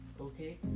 Okay